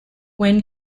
when